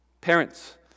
Parents